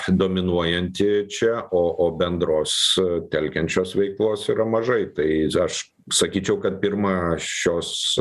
dominuojanti čia o o bendros telkiančios veiklos yra mažai tai aš sakyčiau kad pirmą šios